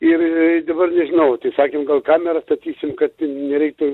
ir dabar nežinau tai sakėm gal kamerą statysim kad nereiktų